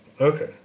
Okay